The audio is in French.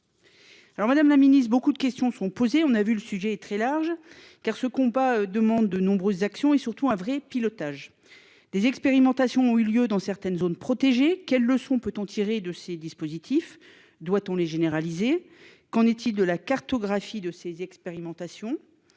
Madame la Ministre beaucoup de questions sont posées, on a vu le sujet est très large car ce combat demande de nombreuses actions et surtout un vrai pilotage des expérimentations ont eu lieu dans certaines zones protégées quelles leçons peut-on tirer de ces dispositifs doit-on les généraliser. Qu'en est-il de la cartographie de ces expérimentations.